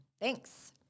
Thanks